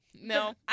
No